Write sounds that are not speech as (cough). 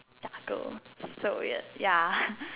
jangle so weird ya (laughs)